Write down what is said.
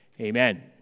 Amen